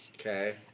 Okay